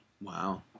Wow